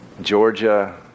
Georgia